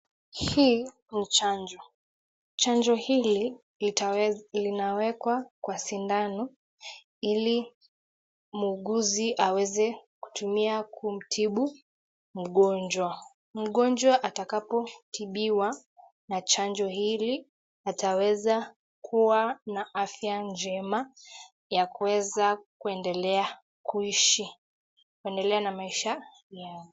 Hii ni chanjo. Chanjo hili linawekwa kwa sindano ili muuguzi aweze kutumia kumtibu mgonjwa. Mgonjwa atakapotibiwa na chanjo hili ataweza kuwa na afya njema ya kuweza kuendelea kuishi. Kuendelea na maisha yao.